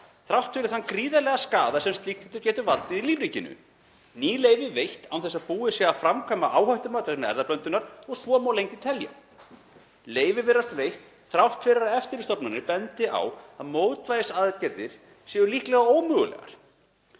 þrátt fyrir þann gríðarlega skaða sem slíkt getur valdið í lífríkinu og að ný leyfi eru veitt án þess að búið sé að framkvæma áhættumat vegna erfðablöndunar og svo má lengi telja. Leyfi virðast veitt þrátt fyrir að eftirlitsstofnanir bendi á að mótvægisaðgerðir séu líklega ómögulegar.